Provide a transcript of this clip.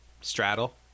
straddle